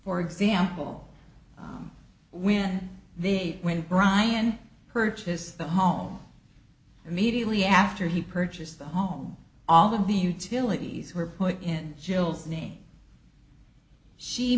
for example when they when brian purchased the home immediately after he purchased the home all of the utilities were put in jails name she